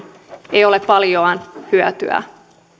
ei ole paljoa hyötyä